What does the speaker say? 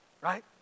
Right